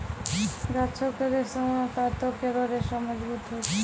गाछो क रेशा म पातो केरो रेशा मजबूत होय छै